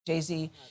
Jay-Z